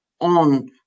on